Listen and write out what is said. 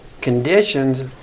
conditions